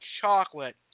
chocolate